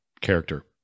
character